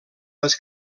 les